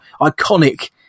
iconic